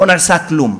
לא נעשה כלום,